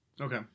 Okay